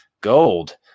gold